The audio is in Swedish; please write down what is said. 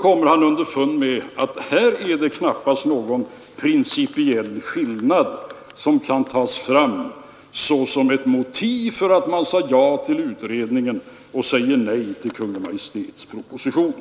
kommer man säkert underfund med att här föreligger knappast någon principiell skillnad som kan tas fram såsom motiv för att säga ja till utredningens förslag och nej till Kungl. Maj:ts proposition.